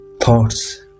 thoughts